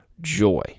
joy